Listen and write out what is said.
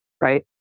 right